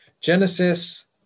Genesis